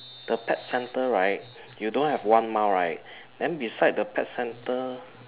the pet center right you don't have one mile right then beside the pet center